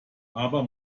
aber